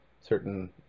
certain